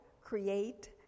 create